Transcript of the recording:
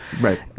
right